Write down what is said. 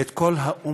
את כל האמנויות,